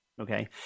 Okay